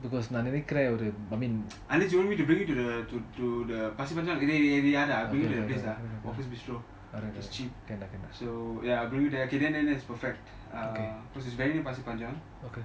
unless you want me to bring you to the to the pasir panjang இதே இது யாரு:ithey ithu yaaru I bring you to the place ah office bistro it's cheap so ya I bring you there then then then it's perfect because it's very near pasir panjang